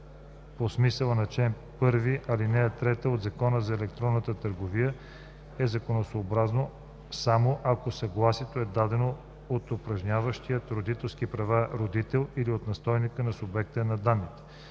по смисъла на чл. 1, ал. 3 от Закона за електронната търговия, е законосъобразно, само ако съгласието е дадено от упражняващия родителски права родител или от настойника на субекта на данните.